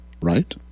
right